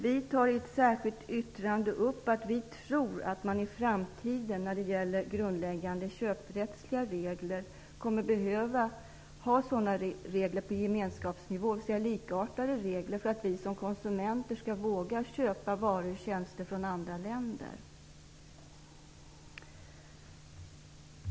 Vi tar i ett särskilt yttrande upp att vi tror att man i framtiden kommer att behöva ha grundläggande köprättsliga regler, dvs. likartade regler, på gemenskapsnivå för att vi som konsumenter skall våga köpa varor och tjänster från andra länder.